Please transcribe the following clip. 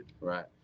Right